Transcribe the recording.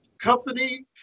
Company